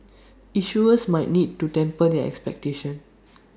issuers might need to temper their expectations